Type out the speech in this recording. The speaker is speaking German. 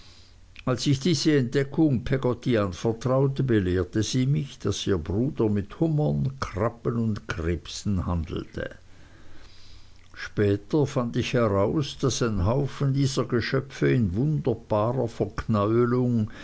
als ich diese entdeckung peggotty anvertraute belehrte sie mich daß ihr bruder mit hummern krabben und krebsen handelte später fand ich heraus daß ein haufen dieser geschöpfe in wunderbarer verknäuelung